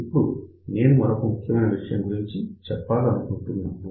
ఇప్పుడు నేను మరొక ముఖ్యమైన విషయం గురించి చెప్పాలని అనుకుంటున్నాను